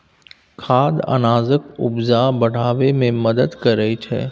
खाद अनाजक उपजा बढ़ाबै मे मदद करय छै